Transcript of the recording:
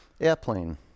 Airplane